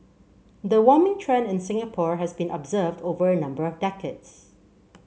the warming trend in Singapore has been observed over a number of decades